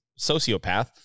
sociopath